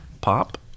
pop